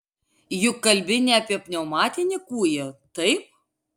juk kalbi ne apie pneumatinį kūjį taip